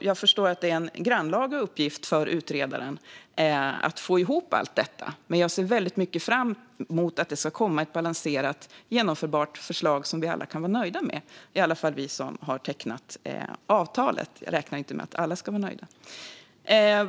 Jag förstår att det är en grannlaga uppgift för utredaren att få ihop allt detta, men jag ser väldigt mycket fram emot att det ska komma ett balanserat, genomförbart förslag som vi alla kan vara nöjda med - i alla fall vi som har tecknat avtalet. Jag räknar inte med att alla ska vara nöjda.